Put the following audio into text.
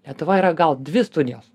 lietuvoj yra gal dvi studijos